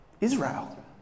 Israel